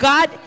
God